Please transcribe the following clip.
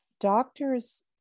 doctors